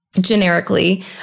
generically